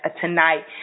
tonight